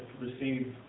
received